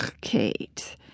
Kate